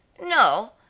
no